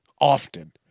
often